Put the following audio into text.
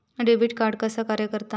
Debit card कसा कार्य करता?